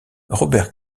robert